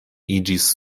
iĝis